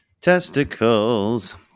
testicles